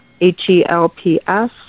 H-E-L-P-S